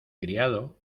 criado